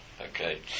Okay